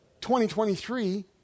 2023